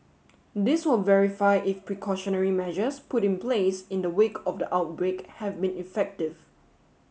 this will verify if precautionary measures put in place in the wake of the outbreak have been effective